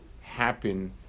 happen